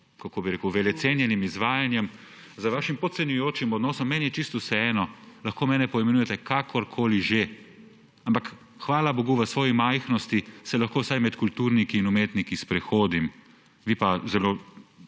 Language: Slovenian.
kako bi rekel? – velecenjenim izvajanjem, s svojim podcenjujočim odnosom. Meni je čisto vseeno, lahko mene poimenujete kakorkoli že, ampak hvala bogu se lahko v svoji majhnosti vsaj med kulturniki in umetniki sprehodim, vi pa zelo